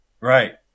Right